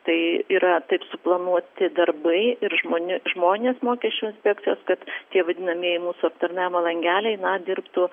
tai yra taip suplanuoti darbai ir žmoni žmonės mokesčių inspekcijos kad tie vadinamieji mūsų aptarnavimo langeliai na dirbtų